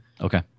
Okay